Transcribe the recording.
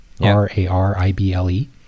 R-A-R-I-B-L-E